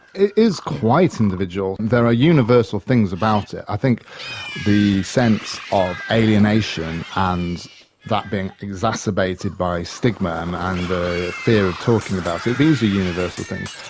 it is quite individual, and there are universal things about it. i think the sense of alienation and that being exacerbated by stigma um and the fear of talking about it, these are universal things.